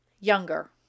younger